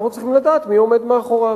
אנחנו צריכים לדעת מי עומד מאחוריו.